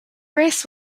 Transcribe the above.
race